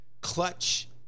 clutch